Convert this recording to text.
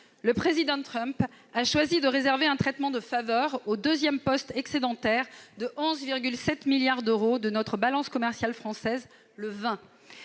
Le président Trump a choisi de réserver un traitement de faveur au deuxième poste, excédentaire de 11,7 milliards d'euros, de notre balance commerciale française : le vin.